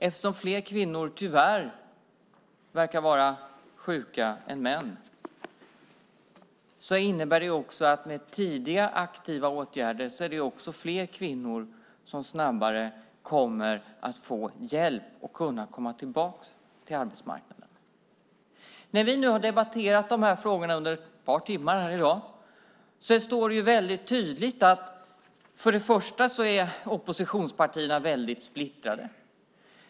Eftersom fler kvinnor, tyvärr, verkar vara sjuka än män innebär det att med tidiga aktiva åtgärder är det fler kvinnor som snabbare kommer att få hjälp att komma tillbaka till arbetsmarknaden. När vi nu har debatterat de här frågorna under ett par timmar här i dag står det väldigt tydligt att oppositionspartierna är väldigt splittrade.